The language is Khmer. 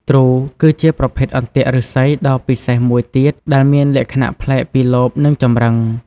ទ្រូ គឺជាប្រភេទអន្ទាក់ឫស្សីដ៏ពិសេសមួយទៀត ដែលមានលក្ខណៈប្លែកពីលបនិងចម្រឹង។